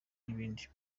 n’ibindi